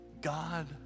God